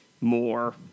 more